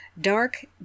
dark